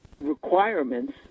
requirements